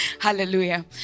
Hallelujah